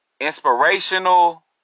Inspirational